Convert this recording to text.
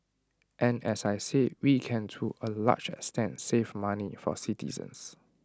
and as I said we can to A large extent save money for citizens